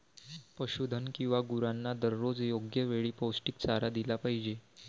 पशुधन किंवा गुरांना दररोज योग्य वेळी पौष्टिक चारा दिला पाहिजे